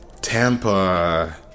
Tampa